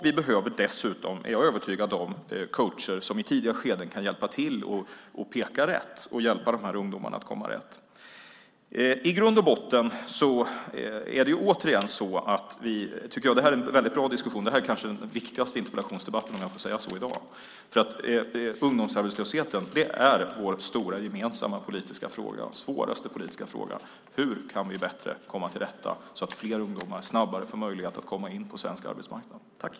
Jag är dessutom övertygad om att vi behöver coacher som i tidigare skeden kan hjälpa till, peka rätt och hjälpa dessa ungdomar att komma rätt. Jag tycker att detta är en väldigt bra diskussion. Det är kanske den viktigaste interpellationsdebatten i dag, om jag får säga så. Ungdomsarbetslösheten är vår stora gemensamma och svåraste politiska fråga. Hur kan vi bättre komma till rätta med den så att fler ungdomar får möjlighet att snabbare komma in på arbetsmarknaden?